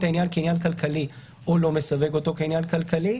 העניין כעניין כלכלי או לא מסווג אותו כעניין כלכלי.